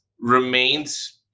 remains